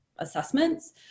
assessments